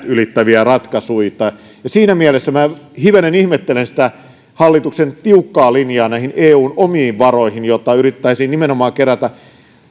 ylittäviä ratkaisuita siinä mielessä minä hivenen ihmettelen hallituksen tiukkaa linjaa eun omiin varoihin joita yritettäisiin kerätä